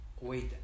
wait